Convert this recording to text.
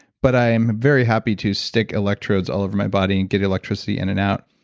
but i'm very happy to stick electrodes all over my body and get electricity in and out.